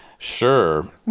Sure